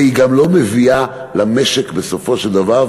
והיא גם לא מביאה למשק בסופו של דבר,